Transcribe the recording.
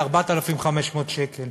4,500 שקל.